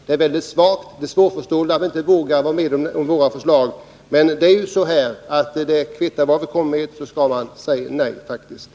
Det är svårförståeligt att utskottsmajoriteten inte vågar gå med på våra förslag, men det är väl så, att vad vi än föreslår så skall man säga nej till det.